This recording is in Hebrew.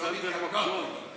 השאילתה שלך היא